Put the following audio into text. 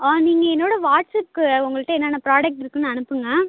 ஆ நீங்கள் என்னோடய வாட்ஸப்புக்கு உங்கள்கிட்ட என்னென்ன ப்ராடெக்ட் இருக்குனு அனுப்புங்கள்